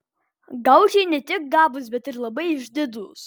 gaučai ne tik gabūs bet ir labai išdidūs